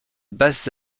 basse